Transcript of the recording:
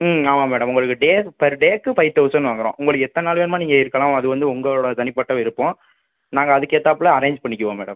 ம் ஆமாம் மேடம் உங்களுக்கு டே பெர் டேக்கு ஃபைவ் தெளசண்ட் வாங்குறோம் உங்களுக்கு எத்தனை நாள் வேணுமோ நீங்கள் இருக்கலாம் அது வந்து உங்களோட தனிப்பட்ட விருப்பம் நாங்கள் அதுகேத்தாப்புல அரேஞ்ச் பண்ணிக்குவோம் மேடம்